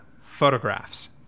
photographs